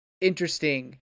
interesting